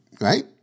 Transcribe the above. right